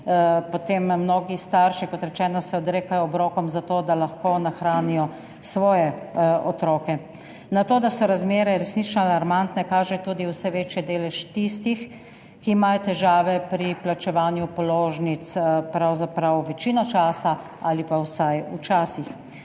Mnogi starši se, kot rečeno, odrekajo obrokom za to, da lahko nahranijo svoje otroke. Na to, da so razmere resnično alarmantne, kaže tudi vse večji delež tistih, ki imajo težave pri plačevanju položnic pravzaprav večino časa ali pa vsaj včasih.